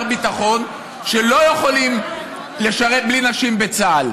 ביטחון שלא יכולים לשרת בלי נשים בצה"ל,